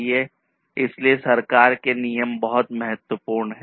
इसलिए सरकार के नियम बहुत महत्वपूर्ण हैं